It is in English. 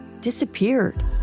disappeared